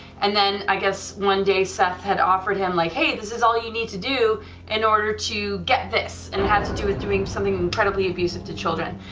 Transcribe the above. and then i guess one day seth had offered him like hey this is all you need to do in order to get this, and it had to do with doing something incredibly abusive to children,